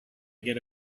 get